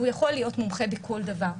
והוא יכול להיות מומחה בכל דבר,